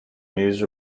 news